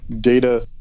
data